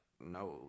no